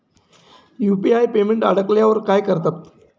UPI payment अडकल्यावर काय करतात?